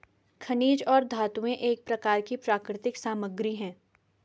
खनिज और धातुएं एक प्रकार की प्राकृतिक सामग्री हैं